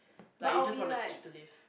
like you just wanna eat to live